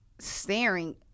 staring